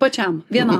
pačiam vienam